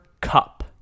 Cup